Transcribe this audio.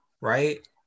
right